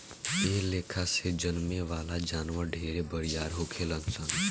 एह लेखा से जन्में वाला जानवर ढेरे बरियार होखेलन सन